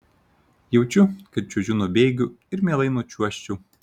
jaučiu kad čiuožiu nuo bėgių ir mielai nučiuožčiau